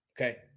Okay